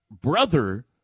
brother